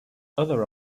other